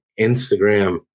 Instagram